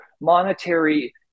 monetary